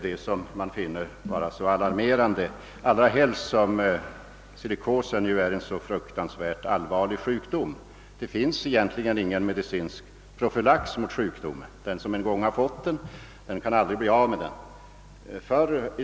Detta finner jag mycket alarmerande, allra helst som silikos är en så allvarlig sjukdom. Det finns ingen medicinsk profylax mot sjukdomen; den som en gång fått den kan aldrig bli av med den.